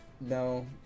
No